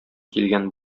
килгән